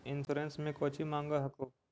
Insurance मे कौची माँग हको?